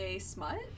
smut